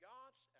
God's